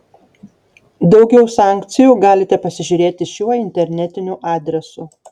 daugiau sankcijų galite pasižiūrėti šiuo internetiniu adresu